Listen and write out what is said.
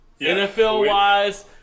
NFL-wise